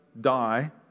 die